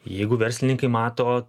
jeigu verslininkai mato